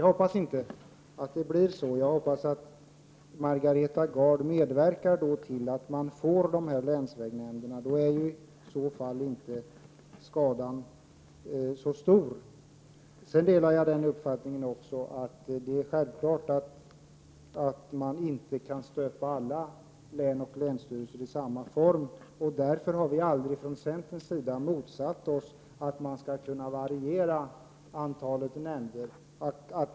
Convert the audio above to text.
Jag hoppas att det inte blir så, utan att Margareta Gard i stället medverkar till att man får dessa länsnämnder. I så fall blir inte skadan så stor. Jag delar uppfattningen att det är självklart att alla län och länsstyrelser inte kan stöpas i samma form. Därför har vi från centerns sida aldrig motsatt oss att det skall vara möjligt att variera antalet nämnder.